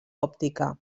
òptica